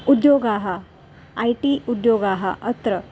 उद्योगाः I T उद्योगाः अत्र